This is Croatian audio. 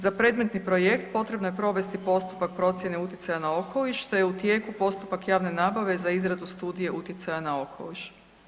Za predmetni projekt potrebno je provesti postupak procjene utjecaja na okoliš te je u tijeku postupak javne nabave za izradu studije utjecaja na okoliš.